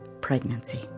pregnancy